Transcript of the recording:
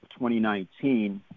2019